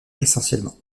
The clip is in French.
essentiellement